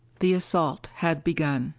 the assault had begun!